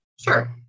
Sure